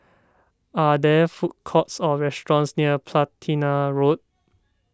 are there food courts or restaurants near Platina Road